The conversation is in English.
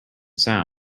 sound